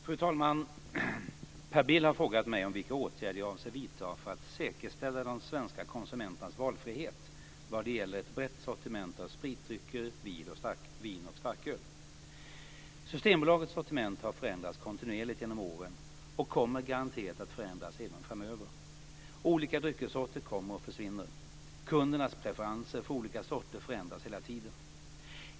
Fru talman! Per Bill har frågat mig om vilka åtgärder jag avser vidta för att säkerställa de svenska konsumenternas valfrihet vad gäller ett brett sortiment av spritdrycker, vin och starköl. Systembolagets sortiment har förändrats kontinuerligt genom åren och kommer garanterat att förändras även framöver. Olika dryckessorter kommer och försvinner. Kundernas preferenser för olika sorter förändras hela tiden.